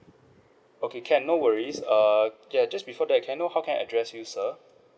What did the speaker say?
okay can no worries err ya just before that can know how can I address you sir